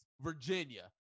Virginia